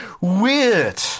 weird